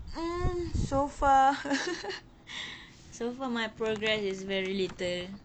mm so far so far my progress is very little